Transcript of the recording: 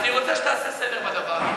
אני רוצה שתעשה סדר בדבר.